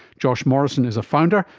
josh morrison is a founder,